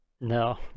No